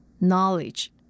knowledge